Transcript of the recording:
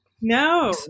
no